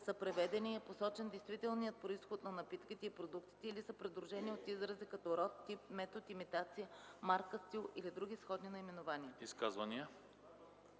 преведени и е посочен действителният произход на напитките и продуктите или са придружени от изрази като „род”, „тип”, „метод”, „имитация”, „марка”, „стил” или други сходни наименования.”